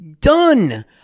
Done